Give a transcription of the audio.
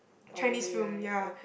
Chinese film ya